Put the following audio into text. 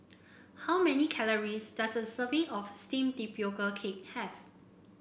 how many calories does a serving of steamed Tapioca Cake have